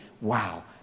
wow